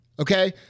Okay